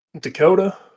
Dakota